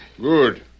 Good